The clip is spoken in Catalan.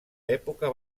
època